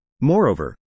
Moreover